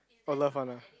oh love one ah